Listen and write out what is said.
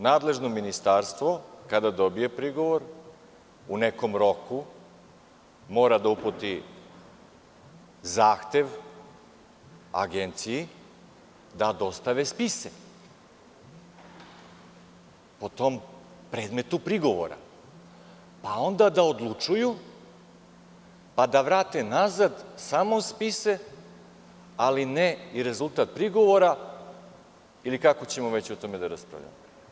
Nadležno ministarstvo kada dobije prigovor u nekom roku mora da uputi zahtev agenciji da dostave spise po tom predmetu prigovora, pa onda da odlučuju, pa da vrate nazad samo spise, ali ne i rezultat prigovora ili kako ćemo već o tome da raspravljamo.